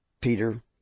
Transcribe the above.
Peter